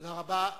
תודה רבה.